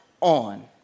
on